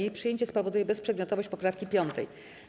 Jej przyjęcie spowoduje bezprzedmiotowość poprawki 5.